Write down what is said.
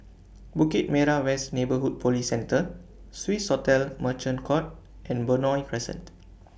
Bukit Merah West Neighbourhood Police Centre Swissotel Merchant Court and Benoi Crescent